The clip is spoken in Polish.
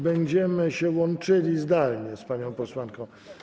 Będziemy się łączyli zdalnie z panią posłanką.